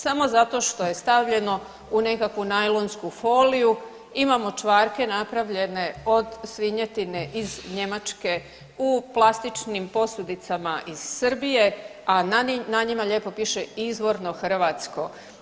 Samo zato što je stavljeno u nekakvu najlonsku foliju, imamo čvarke napravljene od svinjetine iz Njemačke u plastičnim posudicama iz Srbije, a na njima lijepo piše izvorno hrvatsko.